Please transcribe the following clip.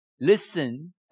Listen